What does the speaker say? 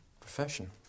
profession